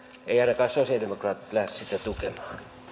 eivät ainakaan sosiaalidemokraatit lähde sitä tukemaan